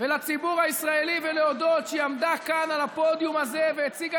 ולציבור הישראלי ולהודות שהיא עמדה כאן על הפודיום הזה והציגה